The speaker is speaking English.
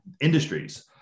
industries